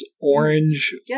orange